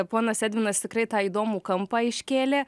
ponas edvinas tikrai tą įdomų kampą iškėlė